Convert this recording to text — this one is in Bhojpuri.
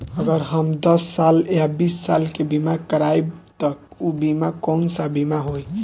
अगर हम दस साल या बिस साल के बिमा करबइम त ऊ बिमा कौन सा बिमा होई?